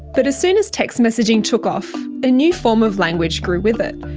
but as soon as text messaging took off, a new form of language grew with it.